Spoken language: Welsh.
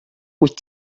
wyt